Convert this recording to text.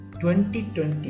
2020